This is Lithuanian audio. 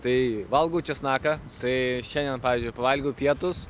tai valgau česnaką tai šiandien pavyzdžiui pavalgiau pietus